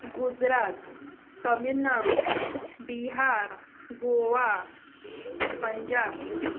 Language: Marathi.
गुजरात तामिळनाडू बिहार गोवा पंजाब